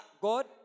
God